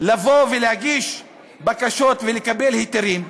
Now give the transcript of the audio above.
לבוא ולהגיש בקשות ולקבל היתרים.